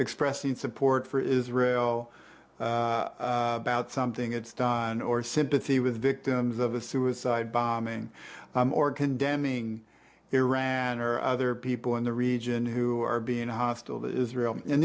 expressing support for israel about something it's done or sympathy with victims of a suicide bombing or condemning iran or other people in the region who are being hostile to israel and